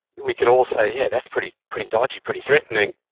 we could all say, yeah, that's pretty pretty dodgy, pretty threatening,